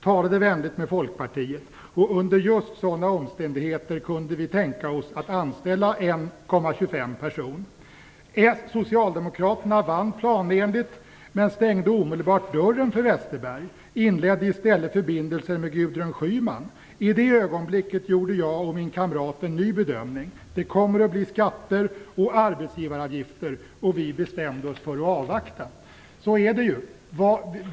Talade vänligt med folkpartiet. Och under just sådana omständigheter kunde vi tänka oss att anställa 1,25 S vann planenligt. Men stängde omedelbart dörren för Westerberg. Inledde i stället förbindelser med Gudrun Schyman. I det ögonblicket gjorde jag och min kamrat en ny bedömning. Det kommer att bli skatter. Och arbetsgivaravgifter. Och vi bestämde oss för att avvakta." Så är det ju.